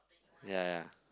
ya ya